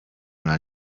una